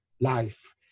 life